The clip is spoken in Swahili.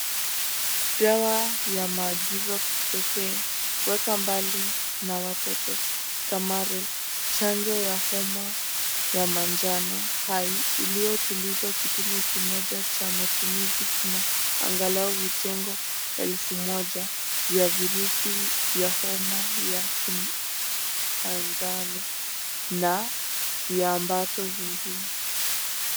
Dawa ya maagizo pekee. Weka mbali na watoto. Stamaril. Chanjo ya homa ya manjano hai, iliyotulizwa kipimo kimoja cha matumizi, kina angalau vitengo elfu moja vya virusi vya homa ya kimanjano na viambato vingine.